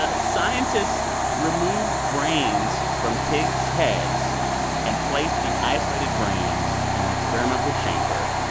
ah scientists removed brains from pigs' heads and placed the isolated brains in an experimental chamber.